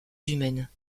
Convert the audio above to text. humaines